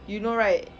you know right